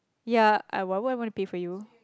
ya I want why would I wanna pay for you